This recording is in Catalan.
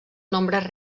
nombres